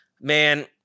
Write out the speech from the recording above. man